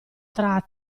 tra